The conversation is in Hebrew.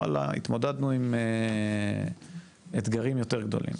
וואלה התמודדנו עם אתגרים יותר גדולים.